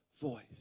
voice